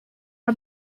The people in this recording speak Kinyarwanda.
nka